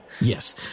Yes